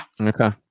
Okay